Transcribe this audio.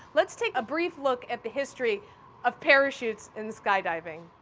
let's take a brief look at the history of parachutes in skydiving.